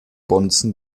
bonzen